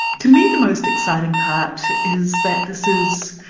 to me, the most exciting part is that this is,